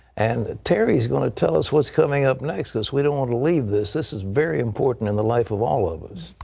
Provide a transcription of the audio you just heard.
and terry is going to tell us what's coming up next, because we don't want to leave this. this is very important in the life of all of us.